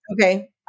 Okay